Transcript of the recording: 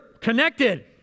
connected